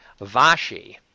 Vashi